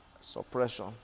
suppression